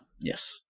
Yes